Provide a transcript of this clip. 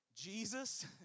Jesus